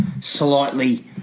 slightly